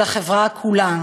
של החברה כולה.